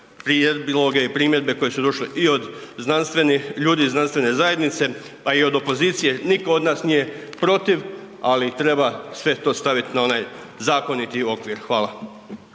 prijedloge i primjedbe koje su došli i od znanstvenih, ljudi iz znanstvene zajednice, pa i od opozicije. Niko od nas nije protiv, ali treba sve to stavit na onaj zakoniti okvir. Hvala.